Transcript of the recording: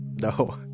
No